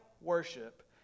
worship